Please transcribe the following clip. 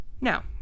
Now